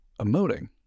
emoting